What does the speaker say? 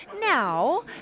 Now